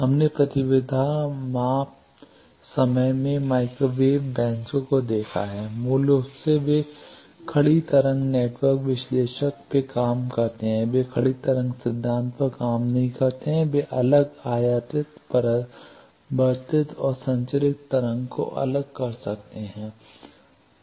हमने प्रतिबाधा माप समय में माइक्रोवेव बेंचों को देखा है मूल रूप से वे खड़ी तरंग नेटवर्क विश्लेषक पर काम करते हैं वे खड़ी तरंग सिद्धांत पर काम नहीं करते हैं वे अलग आयातित परावर्तित और संचरित तरंग को अलग कर सकते हैं